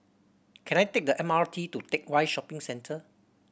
can I take the M R T to Teck Whye Shopping Centre